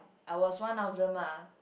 I was one of them ah